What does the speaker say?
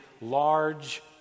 large